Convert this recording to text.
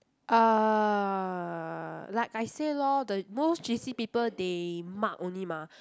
uh like I say lor the most J_C people they mug only mah